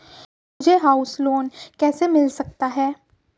मुझे house loan कैसे मिल सकता है?